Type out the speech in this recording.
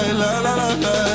la-la-la-la